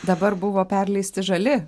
dabar buvo perleisti žali